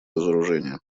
разоружения